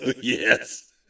yes